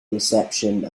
reception